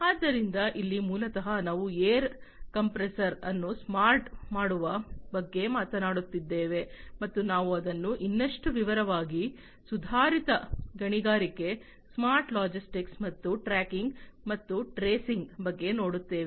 ಆದ್ದರಿಂದ ಇಲ್ಲಿ ಮೂಲತಃ ನಾವು ಏರ್ ಕಂಪ್ರೆಸರ್ ಅನ್ನು ಸ್ಮಾರ್ಟ್ ಮಾಡುವ ಬಗ್ಗೆ ಮಾತನಾಡುತ್ತಿದ್ದೇವೆ ಮತ್ತು ನಾವು ಅದನ್ನು ಇನ್ನಷ್ಟು ವಿವರವಾಗಿ ಸುಧಾರಿತ ಗಣಿಗಾರಿಕೆ ಸ್ಮಾರ್ಟ್ ಲಾಜಿಸ್ಟಿಕ್ಸ್ ಮತ್ತು ಟ್ರ್ಯಾಕಿಂಗ್ ಮತ್ತು ಟ್ರೇಸಿಂಗ್ ಬಗ್ಗೆ ನೋಡುತ್ತೇವೆ